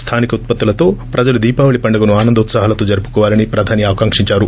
స్లానిక ఉత్పత్తులతో ప్రజలు ్ దీపావళి పండుగను ని ఆనందోత్సాహాలతో జరుపుకోవాలని పుధాని ఆకాంకించారు